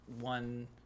one